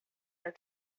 are